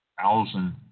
Thousand